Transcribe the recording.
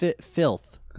Filth